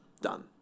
done